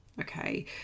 okay